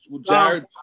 Jared